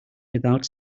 without